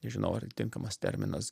nežinau ar tinkamas terminas